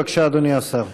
בבקשה, אדוני השר.